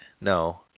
No